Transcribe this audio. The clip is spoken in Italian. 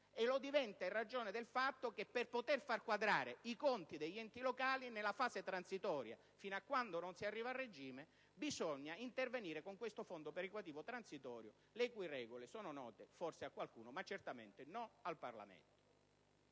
centralista in ragione del fatto che per poter far quadrare i conti degli enti locali nella fase transitoria, fino a quando non si arriva a regime, bisogna intervenire con questo fondo perequativo transitorio, le cui regole sono note forse a qualcuno, ma certamente non al Parlamento.